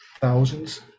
thousands